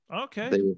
okay